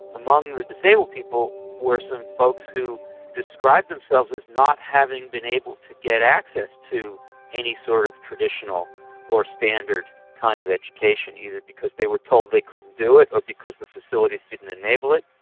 among the disabled people were some folks who described themselves as not having been able to get access to any sort of traditional or standard kind of eduction, either because they were told they couldn't do it or because the facilities didn't enable it.